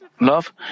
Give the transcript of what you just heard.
love